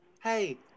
hey